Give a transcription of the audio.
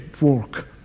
work